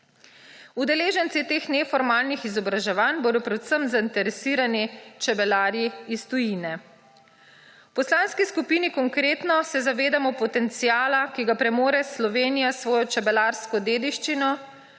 Udeleženci teh neformalnih izobraževanj bodo predvsem zainteresirani čebelarji iz tujine. V Poslanski skupini Konkretno se zavedamo potenciala, ki ga premore Slovenija s svojo čebelarsko dediščino,